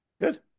Good